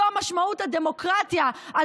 זו משמעות הדמוקרטיה,